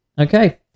Okay